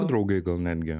draugai gal netgi